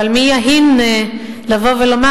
אבל מי יהין לבוא ולומר,